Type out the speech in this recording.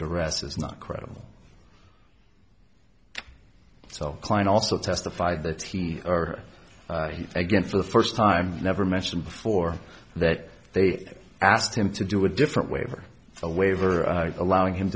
duress is not credible so kline also testified that he or he again for the first time never mentioned before that they asked him to do a different waiver a waiver allowing him